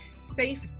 safe